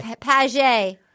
Page